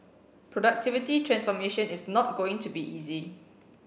productivity transformation is not going to be easy